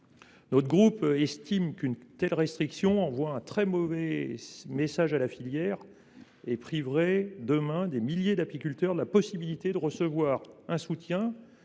Notre groupe estime qu’une telle restriction enverrait un très mauvais message à la filière et priverait demain des milliers d’apiculteurs de la possibilité de recevoir un soutien